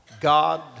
God